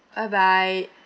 bye bye